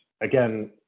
again